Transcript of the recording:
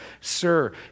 Sir